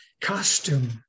costume